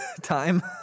time